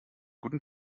guten